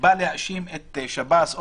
בא להאשים את שב"ס,